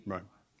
Right